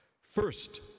first